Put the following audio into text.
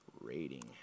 rating